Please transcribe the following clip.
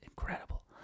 incredible